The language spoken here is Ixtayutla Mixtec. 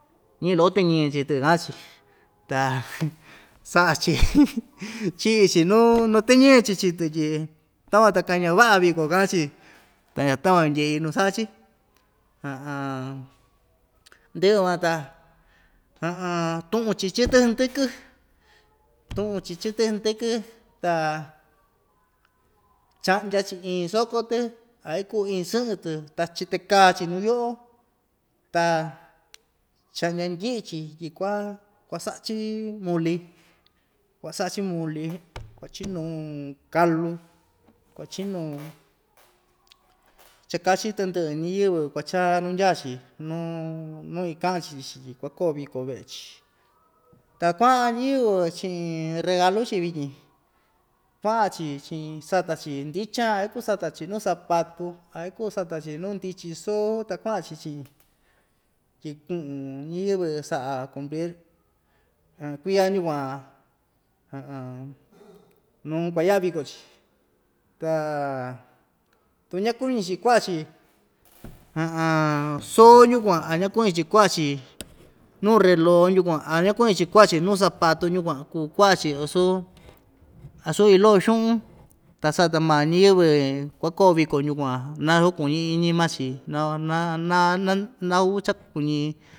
Ñiꞌin loko tɨñɨ‑chi chii‑tɨ kaꞌan‑chi ta saꞌa‑chi chiꞌi‑chi nuu nuu tɨñɨɨ‑chi chii‑tɨ tyi takuan ta kaña vaꞌa viko kaꞌan‑chi ta takuan ndyeꞌi nu saꞌa‑chi ndɨꞌɨ van ta tuꞌun‑chi chɨtɨ hndɨkɨ tuꞌun‑chi chɨtɨ hndɨkɨ ta chaꞌndya‑chi iin soko‑tɨ a ikuu iin sɨꞌɨn‑tɨ ta chitakaa‑chi nuu yoꞌo ta chaꞌndya ndɨꞌɨ‑chi tyi kua kuasaꞌa‑chi muli kuasaꞌa‑chi muli kuachinu kalu kuachinu cha kachi tɨndɨꞌɨ ñiyɨvɨ kuachaa nundyaa‑chi nuu nuu ikaꞌa‑chi chi‑chi tyi kuakoo viko veꞌe‑chi ta kuaꞌan ñiyɨvɨ chiꞌin regalu‑chi vityin kuaꞌan‑chi chiꞌin sata‑chi ndichan a ikuu sata‑chi nuu zapatu a ikuu sata‑chi nuu ndichi soo ta kuaꞌa‑chi chiꞌin tyi kuꞌun ñiyɨvɨ saꞌa cumplir ha kuiya yukuan nuu kuayaꞌa viko‑chi ta tuñakuñi‑chi kuaꞌa‑chi soo yukuan a ñakuñi‑chi kuaꞌa‑chi nuu reloo yukuan a ñakuñi‑chi kuaꞌa‑chi nuu zapatu ñukuan kuu kuaꞌa‑chi vasu asu iin loꞌo xuꞌun ta sata maa ñiyɨvɨ kuakoo viko ñukuan naku kuñi iñi maa‑chi nau naa naa naa naau cha kuñi.